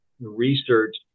research